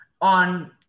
on